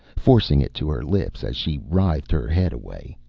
forcing it to her lips, as she writhed her head away.